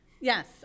Yes